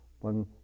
one